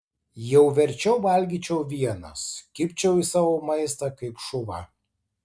jau verčiau valgyčiau vienas kibčiau į savo maistą kaip šuva